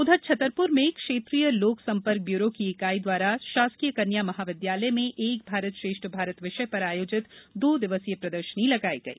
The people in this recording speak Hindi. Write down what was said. उधर छतरपुर में क्षेत्र लोक सम्पर्क ब्यूरो की इकाई द्वारा शासकीय कन्या महाविद्यालय में एक भारत श्रेष्ठ भारत विषय पर आयोजित दो दिवसीय प्रदर्शनी लगाई गई